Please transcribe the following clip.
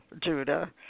Judah